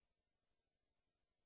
מאות מיליוני שקלים לרווחה,